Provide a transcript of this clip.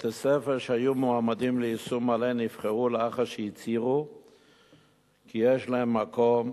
בתי-ספר שהיו מועמדים ליישום מלא נבחרו לאחר שהצהירו כי יש להם מקום,